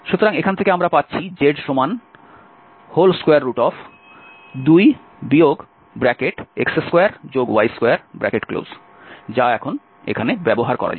সুতরাং এখান থেকে আমরা পাচ্ছি z2 x2y2 যা এখন এখানে ব্যবহার করা যায়